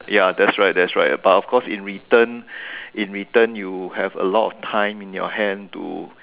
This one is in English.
ya that's right that's but of course in return in return you have a lot of time in your hand to